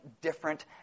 different